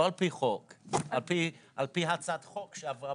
לא על פי חוק; על פי הצעת חוק.